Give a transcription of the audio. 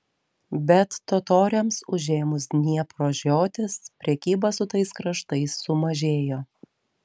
bet totoriams užėmus dniepro žiotis prekyba su tais kraštais sumažėjo